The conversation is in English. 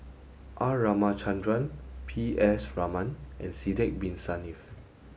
R Ramachandran P S Raman and Sidek Bin Saniff